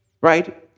Right